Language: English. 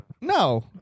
No